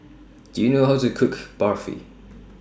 Do YOU know How to Cook Barfi